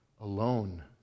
alone